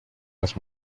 las